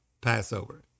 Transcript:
passover